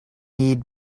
need